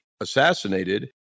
assassinated